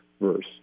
verse